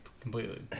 completely